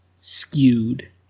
skewed